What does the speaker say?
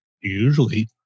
usually